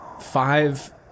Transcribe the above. Five